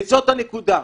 וזאת הנקודה,